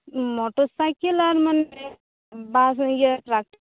motor cycle ᱟᱨ ᱢᱟᱱᱮ bus ᱤᱭᱟ ᱴᱨᱟᱠ